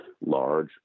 large